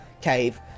cave